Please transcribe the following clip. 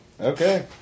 Okay